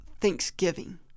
thanksgiving